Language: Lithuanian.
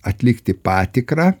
atlikti patikrą